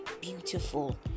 beautiful